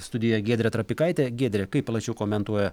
studijoj giedrė trapikaitė giedre kaip plačiau komentuoja